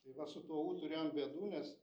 tai va su tuo u turėjom bėdų nes